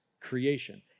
creation